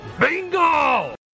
Bingo